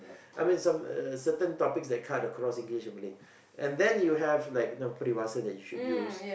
I mean some uh certain topics that cut across English and Malay and then you have like you know peribahasa that you should use